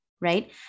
right